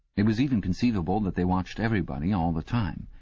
it was even conceivable that they watched everybody all the time.